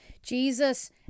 Jesus